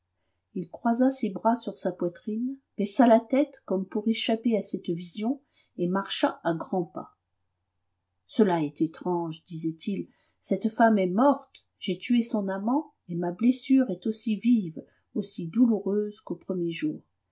il croisa ses bras sur sa poitrine baissa la tête comme pour échapper à cette vision et marcha à grands pas cela est étrange disait-il cette femme est morte j'ai tué son amant et ma blessure est aussi vive aussi douloureuse qu'au premier jour